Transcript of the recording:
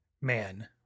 man